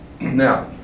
Now